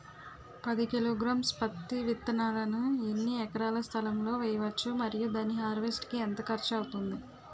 పది కిలోగ్రామ్స్ పత్తి విత్తనాలను ఎన్ని ఎకరాల స్థలం లొ వేయవచ్చు? మరియు దాని హార్వెస్ట్ కి ఎంత ఖర్చు అవుతుంది?